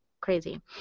crazy